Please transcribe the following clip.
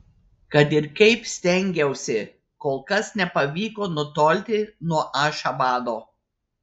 kad ir kaip stengiausi kol kas nepavyko nutolti nuo ašchabado